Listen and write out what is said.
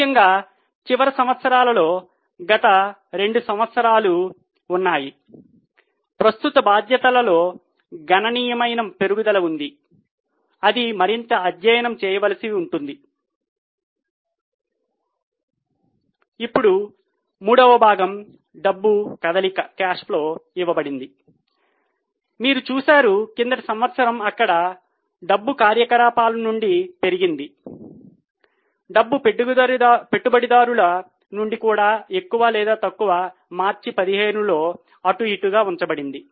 ముఖ్యంగా చివరి సంవత్సరాల్లో గత 2 సంవత్సరాలు ఉన్నాయి ప్రస్తుత బాధ్యతలలో గణనీయమైన పెరుగుదల ఉంది అది మరింత అధ్యయనం చేయవలసి ఉంటుంది ఇప్పుడు మూడవ భాగము డబ్బు కదలిక నుండి కూడా ఎక్కువ లేదా తక్కువ మార్చి 15 లో అటుఇటుగా ఉంచబడింది